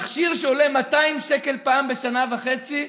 מכשיר שעולה 200 שקלים פעם בשנה וחצי,